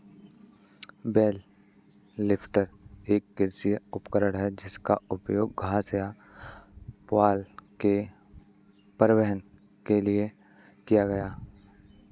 bell lifter एक कृषि उपकरण है जिसका उपयोग घास या पुआल के परिवहन के लिए किया जाता है